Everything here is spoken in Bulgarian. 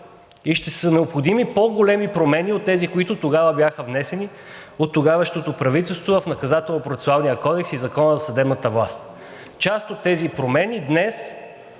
и ще са необходими по-големи промени от тези, които тогава бяха внесени от тогавашното правителство в Наказателно-процесуалния кодекс и Закона за съдебната власт. Част от тези промени днес